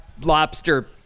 lobster